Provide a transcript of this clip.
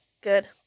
good